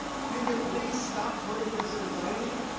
can you please stop putting this in writing?